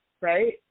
right